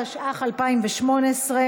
התשע"ח 2018,